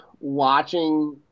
watching